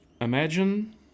imagine